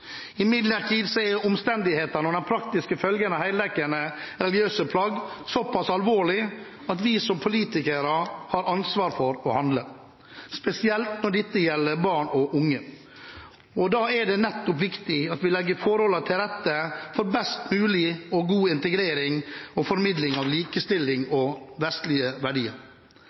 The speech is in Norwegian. Imidlertid er omstendighetene og de praktiske følgene av heldekkende, religiøse plagg såpass alvorlige at vi som politikere har ansvar for å handle, spesielt når dette gjelder barn og unge. Da er det viktig at vi legger forholdene til rette for best mulig integrering og formidling av likestilling og vestlige verdier.